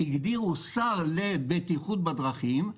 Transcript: הגדירו שר לבטיחות בדרכים,